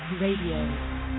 Radio